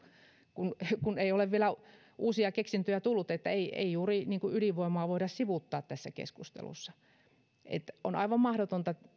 kun kun ei ole vielä uusia keksintöjä tullut että ei ei juuri ydinvoimaa voida sivuuttaa tässä keskustelussa on aivan mahdotonta